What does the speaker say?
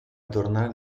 tornare